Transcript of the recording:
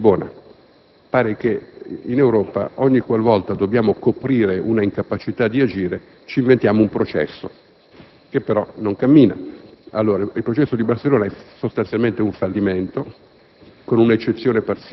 come anche quello di Lisbona: pare che in Europa, ogni qual volta dobbiamo coprire un'incapacità di agire, ci inventiamo un processo che però non cammina. Allora, il processo di Barcellona è sostanzialmente un fallimento,